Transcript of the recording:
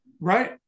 Right